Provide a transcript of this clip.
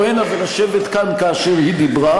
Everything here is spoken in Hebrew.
כמו שאני הקפדתי לבוא הנה ולשבת כאן כאשר היא דיברה,